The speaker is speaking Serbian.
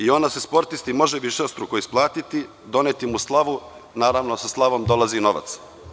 Ona se sportisti može višestruko isplatiti, doneti mu slavu, naravno sa slavom dolazi i novac.